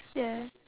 ya